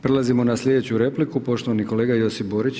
Prelazimo na sljedeću repliku, poštovani kolega Josip Borić.